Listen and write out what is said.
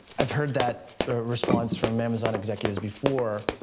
i've heard that response from amazon executives before,